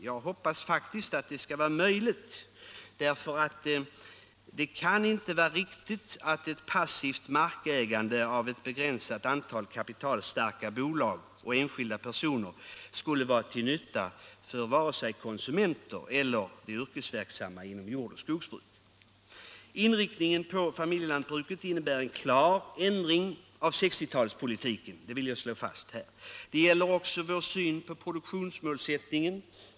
Jag hoppas faktiskt att det skall vara möjligt, för det kan inte vara riktigt att ett passivt markägande av ett begränsat antal kapitalstarka bolag och enskilda personer skulle vara till nytta för vare sig konsumenter eller yrkesverksamma inom jord och skogsbruk. Inriktningen på familjelantbruken innebär en klar ändring av 1960 talspolitiken. Det vill jag slå fast. Det gäller också vår syn på produktionsmålsättningen.